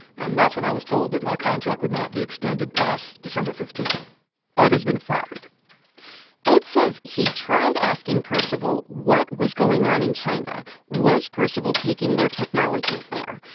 and that's when i was told that my contract would not be extended past december fifteen point ed has been fired ed says he tried asking percival what was going on in china. was percival taking their technologies there?